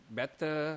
better